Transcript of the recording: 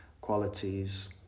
Qualities